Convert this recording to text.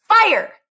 fire